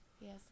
Yes